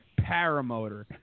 paramotor